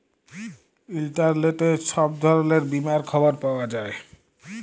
ইলটারলেটে ছব ধরলের বীমার খবর পাউয়া যায়